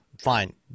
fine